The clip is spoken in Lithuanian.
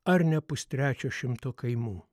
ar ne pustrečio šimto kaimų